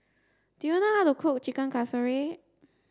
do you know how to cook Chicken Casserole